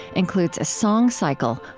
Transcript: includes a song cycle,